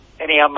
Anyhow